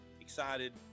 excited